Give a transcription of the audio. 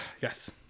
Yes